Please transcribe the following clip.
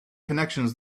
connections